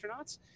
astronauts